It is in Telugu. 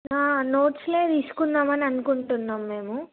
నోట్స్లు తీసుకుందాం అని అనుకుంటున్నాం మేము